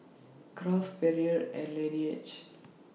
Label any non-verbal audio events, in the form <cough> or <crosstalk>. Kraft Perrier and Laneige <noise>